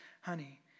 honey